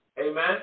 amen